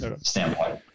standpoint